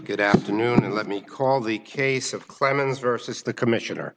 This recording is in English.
good afternoon let me call the case of clemens versus the commissioner